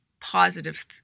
positive